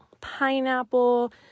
pineapple